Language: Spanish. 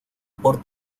por